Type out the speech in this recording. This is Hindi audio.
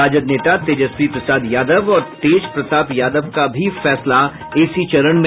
राजद नेता तेजस्वी प्रसाद यादव और तेज प्रताप यादव का भी फैसला इसी चरण में